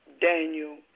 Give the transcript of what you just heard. Daniel